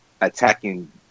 attacking